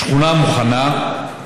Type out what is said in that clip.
השכונה מוכנה.